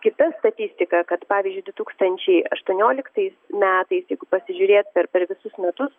kita statistika kad pavyzdžiui du tūkstančiai aštuonioliktais metai jeigu pasižiūrėt per per visus metus